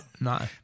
No